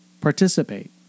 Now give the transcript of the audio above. participate